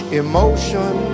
emotion